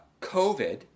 COVID